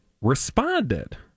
responded